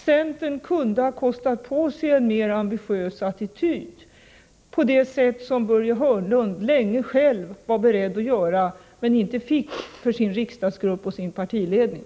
Centern kunde ha kostat på sig en mer ambitiös attityd —så som Börje Hörnlund länge själv var beredd att göra men inte fick för sin riksdagsgrupp och sin partiledning.